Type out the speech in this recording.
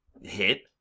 hit